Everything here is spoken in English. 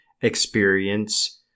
experience